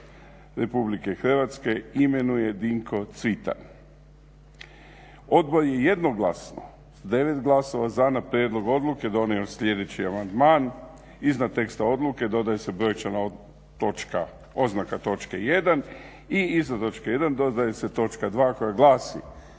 odvjetnika RH imenuje Dinko Cvitan. Odbor je jednoglasno, s 9 glasova za na prijedlog Odluke donio sljedeće amandman, iza teksta odluke dodaje se brojčana oznaka točke 1. i iznad točke 1 dodaje se točka 2. koja glasi: